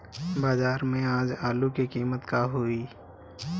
बाजार में आज आलू के कीमत का होई?